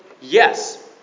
yes